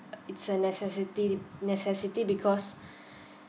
it's a necessity necessity because